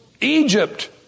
Egypt